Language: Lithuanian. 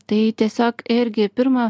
tai tiesiog irgi pirma